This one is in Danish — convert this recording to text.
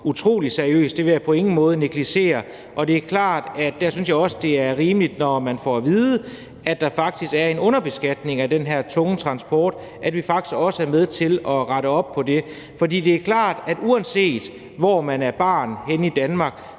utrolig seriøst; det vil jeg på ingen måde negligere. Det er klart, at der synes jeg også, det er rimeligt, at når vi får at vide, at der faktisk er en underbeskatning af den her tunge transport, så er vi faktisk også med til at rette op på det. For det er klart, at uanset hvor man er barn henne i Danmark,